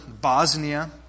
Bosnia